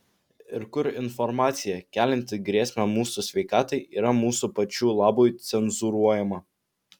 ir kur informacija kelianti grėsmę mūsų sveikatai yra mūsų pačių labui cenzūruojama